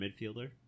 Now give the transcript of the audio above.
midfielder